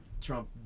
Trump